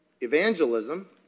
evangelism